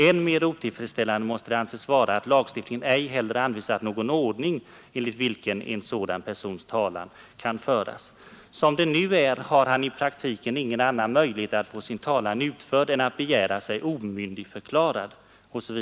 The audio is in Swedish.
Än mer otillfredsställande måste det anses vara att lagstiftningen ej heller anvisat någon ordning enligt vilken en persons talan kan föras, då han funnits sakna behörighet att själv föra sin talan. Som det nu är har han i praktiken ingen annan möjlighet att få sin talan utförd än att begära sig omyndigförklarad ———.